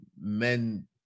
men